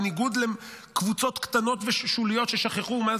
בניגוד לקבוצות קטנות ושוליות ששכחו מה זה.